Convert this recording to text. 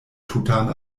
tutan